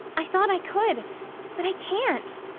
i thought i could but i can't.